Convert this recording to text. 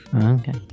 Okay